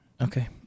Okay